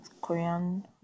Korean